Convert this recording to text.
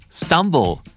stumble